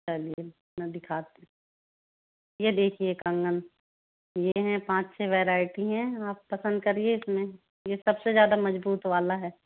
चलिये मैं दिखाती ये देखिये कंगन ये है पाँच छः वैरायटी हैं आप पसंद करिए इसमें यह सबसे ज़्यादा मजबूत वाला है